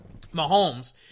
Mahomes